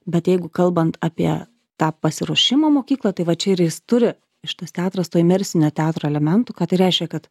bet jeigu kalbant apie tą pasiruošimo mokyklą tai va čia ir jis turi šitas teatras to imersinio teatro elementų ką tai reiškia kad